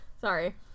sorry